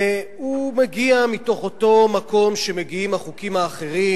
הוא מגיע מאותו מקום שמגיעים החוקים האחרים,